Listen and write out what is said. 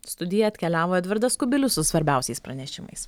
studiją atkeliavo edvardas kubilius su svarbiausiais pranešimais